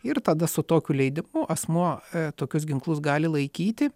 ir tada su tokiu leidimu asmuo tokius ginklus gali laikyti